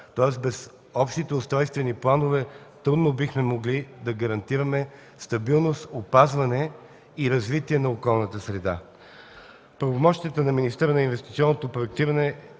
тоест без общите устройствени планове трудно бихме могли да гарантираме стабилност, опазване и развитие на околната среда. В правомощията на министъра на инвестиционното проектиране